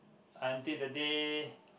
until the day